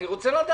אני רוצה לדעת.